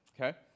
okay